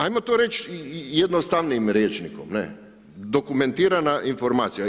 Ajmo to reći jednostavnijim rječnikom ne, dokumentirana informacija.